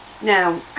Now